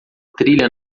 trilha